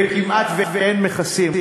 וכמעט שאין מכסים,